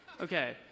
okay